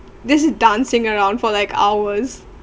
this is dancing around for like hours